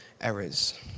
errors